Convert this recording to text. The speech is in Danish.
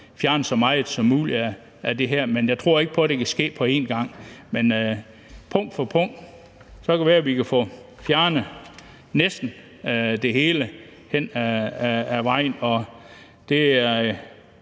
fjerne så meget som muligt af det her. Jeg tror ikke på, det kan ske på en gang. Men punkt for punkt kan det være, vi kan få fjernet næsten det hele hen ad vejen. Det er